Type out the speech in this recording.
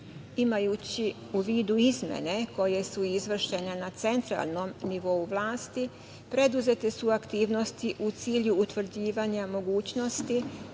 u vidu izmene koje su izvršene na centralnom nivou vlasti, preduzete su aktivnosti u cilju utvrđivanja mogućnosti